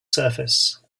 surface